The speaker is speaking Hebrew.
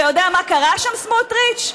אתה יודע מה קרה שם, סמוטריץ?